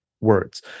words